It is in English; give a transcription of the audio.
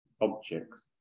objects